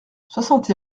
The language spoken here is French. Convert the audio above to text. soixante